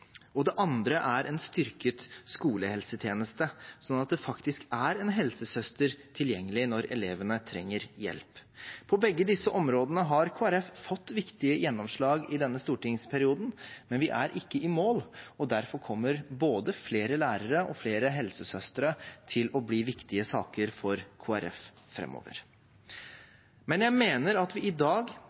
Det andre er en styrket skolehelsetjeneste, slik at det faktisk er en helsesøster tilgjengelig når elevene trenger hjelp. På begge disse områdene har Kristelig Folkeparti fått viktige gjennomslag i denne stortingsperioden, men vi er ikke i mål, og derfor kommer både flere lærere og flere helsesøstre til å bli viktige saker for Kristelig Folkeparti framover. Men jeg mener at vi i dag